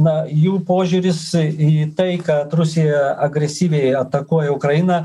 na jų požiūris į tai kad rusija agresyviai atakuoja ukrainą